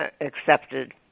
accepted